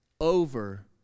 over